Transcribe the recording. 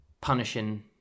punishing